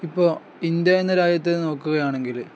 ഇപ്പോള് ഇന്ത്യ എന്ന രാജത്തു നോക്കുകയാണെങ്കില്